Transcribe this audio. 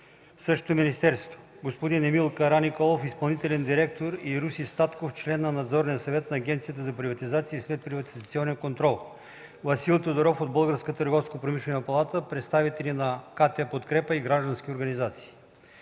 същото министерство, Емил Караниколов – изпълнителен директор, и Руси Статков – член на Надзорния съвет на Агенцията за приватизация и следприватизационен контрол, Васил Тодоров от Българската търговско-промишлена палата, представители на КТ „Подкрепа“ и граждански организации.